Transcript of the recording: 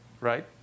right